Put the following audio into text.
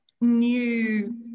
new